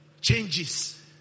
changes